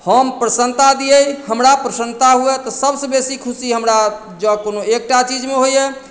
हम प्रसन्नता दियै हमरा प्रसन्नता हुए तऽ सभसँ बेसी खुशी हमरा जँ कोनो एकटा चीजमे होइए